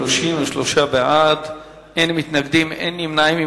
שמות קטינים בהליכים אזרחיים),